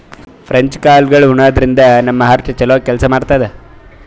French ಕಾಳ್ಗಳ್ ಉಣಾದ್ರಿನ್ದ ನಮ್ ಹಾರ್ಟ್ ಛಲೋ ಕೆಲ್ಸ್ ಮಾಡ್ತದ್